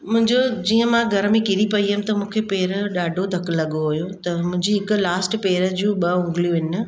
मुंहिंजो जीअं मां घर में किरी पई हुअमि त मूंखे पेरु जो ॾाढो धकु लॻो हुओ त मुंहिंजी हिकु लास्ट पेरु जूं ॿ उंगलियूं आहिनि न